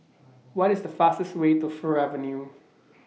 What IS The fastest Way to Fir Avenue